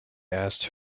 asked